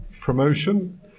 promotion